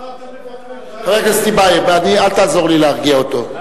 חבר הכנסת טיבייב, אל תעזור לי להרגיע אותו.